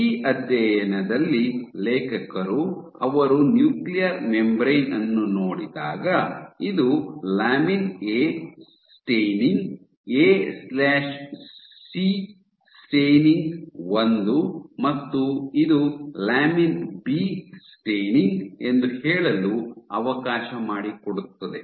ಈ ಅಧ್ಯಯನದಲ್ಲಿ ಲೇಖಕರು ಅವರು ನ್ಯೂಕ್ಲಿಯರ್ ಮೆಂಬರೇನ್ ಅನ್ನು ನೋಡಿದಾಗ ಇದು lamin A staining A C AC staining I ಮತ್ತು ಇದು ಲ್ಯಾಮಿನ್ ಬಿ ಸ್ಟೇನಿಂಗ್ ಎಂದು ಹೇಳಲು ಅವಕಾಶ ಮಾಡಿಕೊಡುತ್ತದೆ